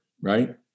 right